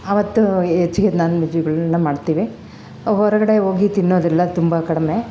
ಆವತ್ತು ಹೆಚ್ಗೆ ನಾನ್ವೆಜ್ಗಳನ್ನ ಮಾಡ್ತೀವಿ ಹೊರಗಡೆ ಹೋಗಿ ತಿನ್ನೋದಿಲ್ಲ ತುಂಬ ಕಡಿಮೆ